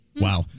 Wow